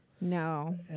No